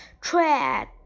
tread